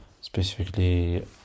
specifically